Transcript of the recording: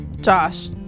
Josh